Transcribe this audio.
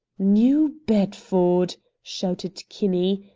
new bedford! shouted kinney.